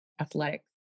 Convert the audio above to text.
athletics